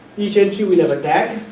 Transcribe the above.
each entry will have a tag,